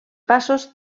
passos